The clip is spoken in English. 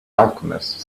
alchemist